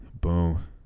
Boom